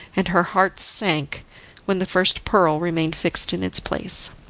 and her heart sank when the first pearl remained fixed in its place.